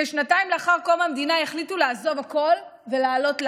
כשנתיים לאחר קום המדינה החליטו לעזוב הכול ולעלות לארץ.